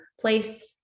place